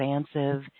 expansive